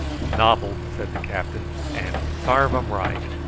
nobbled, said the captain and sarve em right.